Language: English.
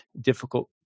difficult